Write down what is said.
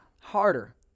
harder